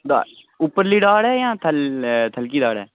उप्परली दाढ़ ऐ जां थल्लै खलकी दाढ़ ऐ